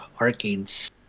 arcades